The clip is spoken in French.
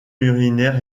urinaire